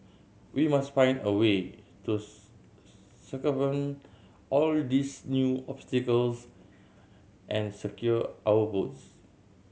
we must find a way to circumvent all these new obstacles and secure our votes